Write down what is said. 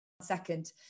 second